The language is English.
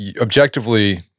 objectively